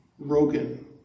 Broken